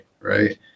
right